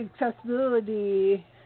accessibility